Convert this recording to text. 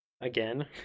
again